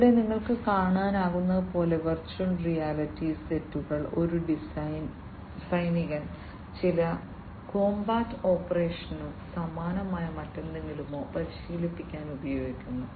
ഇവിടെ നിങ്ങൾക്ക് കാണാനാകുന്നതുപോലെ വെർച്വൽ റിയാലിറ്റി സെറ്റുകൾ ഒരു സൈനികൻ ചില കോംബാറ്റ് ഓപ്പറേഷനോ സമാനമായ മറ്റെന്തെങ്കിലുമോ പരിശീലിപ്പിക്കാൻ ഉപയോഗിക്കുന്നു